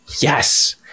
Yes